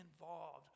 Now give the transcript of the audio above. involved